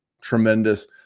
tremendous